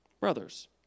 brothers